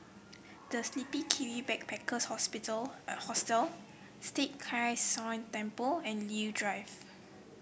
the Sleepy Kiwi Backpackers Hospital Hostel Tai Kak Seah Temple and Leo Drive